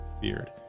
feared